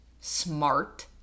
smart